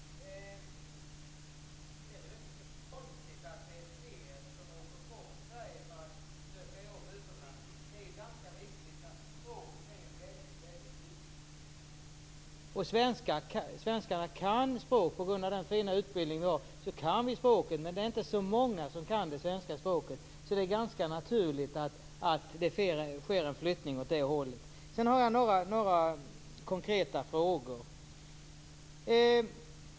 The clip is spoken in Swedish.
Fru talman! Det är väl inte så konstigt att det är fler som åker från Sverige för att söka jobb utomlands. Språket är ju en väldigt viktig del i detta. Svenskar kan språk tack vare den fina utbildning som finns. Men det är inte så många andra som kan det svenska språket. Därför är det ganska naturligt att det sker en flyttning åt det här hållet. Jag har några konkreta frågor.